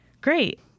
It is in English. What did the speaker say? Great